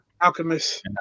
Alchemist